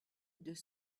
deux